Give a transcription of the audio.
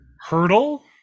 hurdle